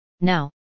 Now